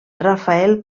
rafael